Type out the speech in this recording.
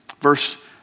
verse